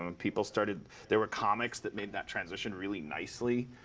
um people started there were comics that made that transition really nicely.